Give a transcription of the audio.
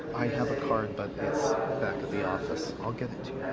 i have a card, but it's back at the office. i'll get it to you.